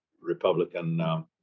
Republican